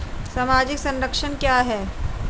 सामाजिक संरक्षण क्या है?